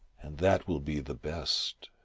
and that will be the best.